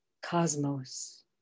cosmos